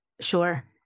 Sure